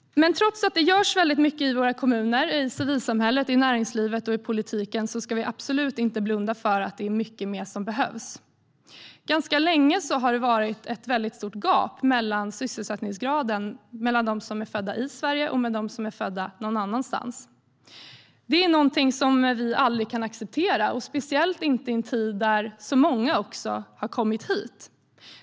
Trots att det görs mycket i våra kommuner, i civilsamhället, i näringslivet och i politiken ska vi absolut inte blunda för att det är mycket mer som behövs. Ganska länge har det varit ett stort gap i sysselsättningsgrad mellan dem som är födda i Sverige och dem som är födda någon annanstans. Det är någonting som vi aldrig kan acceptera, speciellt inte i en tid när så många har kommit hit.